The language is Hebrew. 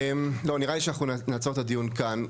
נראה לי שאנחנו נעצור את הדיון כאן.